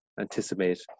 anticipate